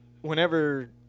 whenever